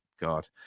god